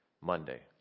Monday